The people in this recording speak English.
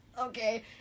okay